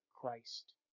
Christ